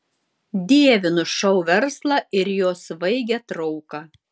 dievinu šou verslą ir jo svaigią trauką